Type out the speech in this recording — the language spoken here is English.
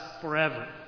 forever